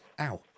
ow